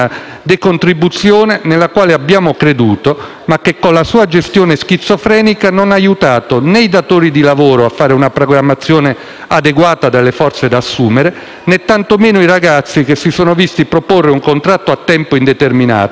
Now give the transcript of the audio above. decontribuzione nella quale abbiamo creduto ma che con la sua gestione schizofrenica non ha aiutato né i datori di lavoro a fare una programmazione adeguata della forze da assumere, né tantomeno i ragazzi, che si sono visti proporre un contratto a tempo indeterminato